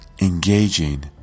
engaging